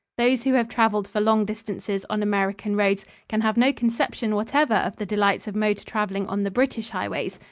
those who have traveled for long distances on american roads can have no conception whatever of the delights of motor traveling on the british highways.